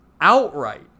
outright